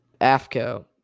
AFCO